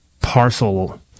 parcel